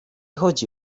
chodzi